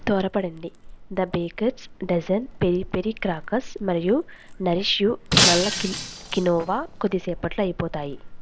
త్వరపడండి the baker's dozen peri peri crackers మరియు nourish you నల్ల కి కినోవా కొద్దిసేపట్లో అయిపోతాయి